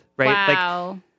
Right